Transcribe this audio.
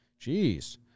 Jeez